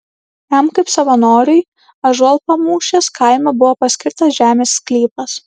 jam kaip savanoriui ąžuolpamūšės kaime buvo paskirtas žemės sklypas